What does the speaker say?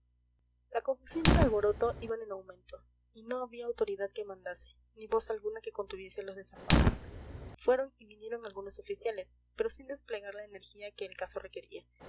la confusión y el alboroto iban en aumento y no había autoridad que mandase ni voz alguna que contuviese a los desalmados fueron y vinieron algunos oficiales pero sin desplegar la energía que el caso requería